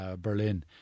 Berlin